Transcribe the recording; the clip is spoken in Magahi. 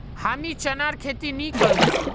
हमीं चनार खेती नी करुम